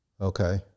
Okay